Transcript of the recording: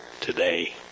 today